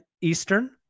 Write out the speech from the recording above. Eastern